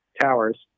towers